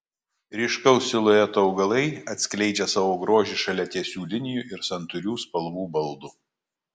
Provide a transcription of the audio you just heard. ryškaus silueto augalai atskleidžia savo grožį šalia tiesių linijų ir santūrių spalvų baldų